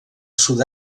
sud